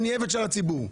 אני עבד של הציבור.